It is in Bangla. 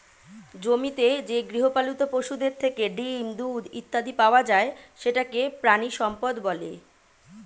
জমিতে যে গৃহপালিত পশুদের থেকে ডিম, দুধ ইত্যাদি পাওয়া যায় সেটাকে প্রাণিসম্পদ বলে